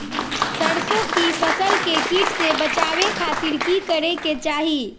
सरसों की फसल के कीट से बचावे खातिर की करे के चाही?